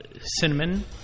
cinnamon